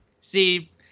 See